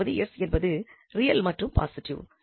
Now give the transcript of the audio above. அதாவது 𝑠 என்பது ரியல் மற்றும் பாசிட்டிவ்